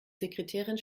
sekretärin